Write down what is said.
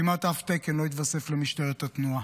כמעט אף תקן לא התווסף למשטרת התנועה.